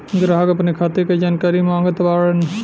ग्राहक अपने खाते का जानकारी मागत बाणन?